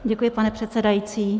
Děkuji, pane předsedající.